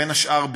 בין השאר,